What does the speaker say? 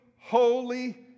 holy